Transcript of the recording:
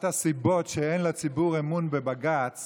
אחת הסיבות שאין לציבור אמון בבג"ץ